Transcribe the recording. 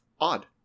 Odd